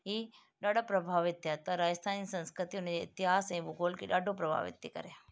हीउ ॾाढा प्रभावित थिया त राजस्थान जी संस्कृति उन जी इतिहास ऐं भूगोल खे ॾाढो प्रभावित थी करे